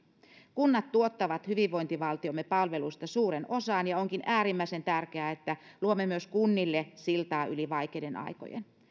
kunnat tuottavat hyvinvointivaltiomme palveluista suuren osan ja onkin äärimmäisen tärkeää että luomme myös kunnille siltaa yli vaikeiden aikojen